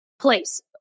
place